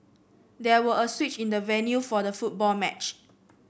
there were a switch in the venue for the football match